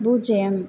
பூஜ்ஜியம்